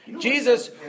Jesus